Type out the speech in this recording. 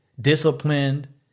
disciplined